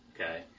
Okay